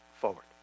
forward